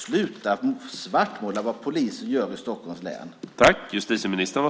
Sluta svartmåla vad polisen i Stockholms län gör!